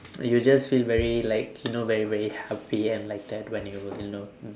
and you just feel very like you know very very happy and like that when you you know